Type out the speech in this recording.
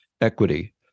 equity